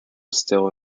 still